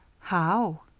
how?